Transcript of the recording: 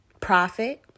profit